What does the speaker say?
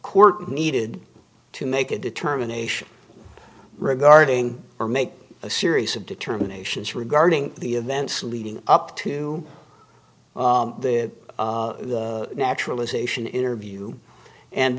court needed to make a determination regarding or make a series of determinations regarding the events leading up to the naturalization interview and